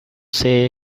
say